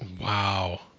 Wow